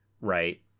right